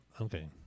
okay